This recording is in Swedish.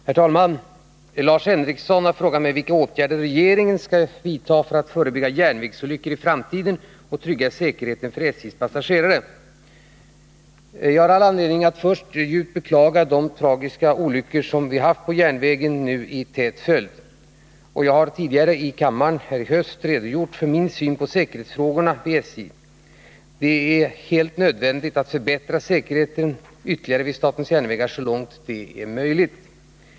Herr talman! Lars Henrikson har frågat mig om vilka åtgärder regeringen ämnar vidta för att förebygga järnvägsolyckor i framtiden och trygga säkerheten för SJ:s passagerare. Först vill jag djupt beklaga de tragiska järnvägsolyckorna som nu har skett i en tät följd. Jag har tidigare i höst här i kammaren redogjort för min syn på säkerhetsfrågorna vid statens järnvägar. Det är således nödvändigt att förbättra säkerheten ytterligare vid SJ så långt det är möjligt.